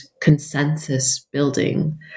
consensus-building